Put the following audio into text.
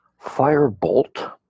Firebolt